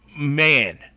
Man